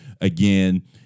again